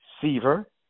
Seaver